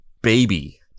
baby